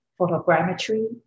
photogrammetry